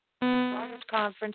conference